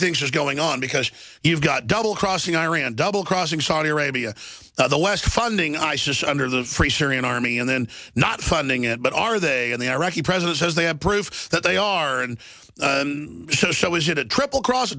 thinks is going on because you've got double crossing iran double crossing saudi arabia the west funding isis under the free syrian army and then not funding it but are they in the iraqi president says they have proof that they are and so is it a triple cross